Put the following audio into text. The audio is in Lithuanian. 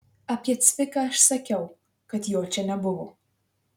apie cviką aš sakiau kad jo čia nebuvo